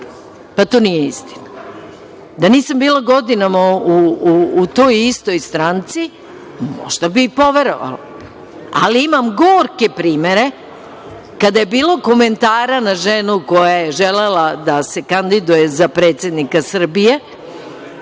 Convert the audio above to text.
To nije istina. Da nisam bila godinama u toj istoj stranci, možda bih i poverovala. Ali, imam gorke primere, kada je bilo komentara na ženu koja je želela da se kandiduje za predsednika Srbije,